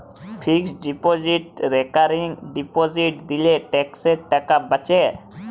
fixed deposit recurring deposit দিলে ট্যাক্সের টাকা বাঁচে